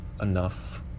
enough